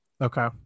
Okay